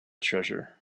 treasure